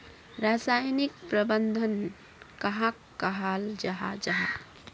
रासायनिक प्रबंधन कहाक कहाल जाहा जाहा?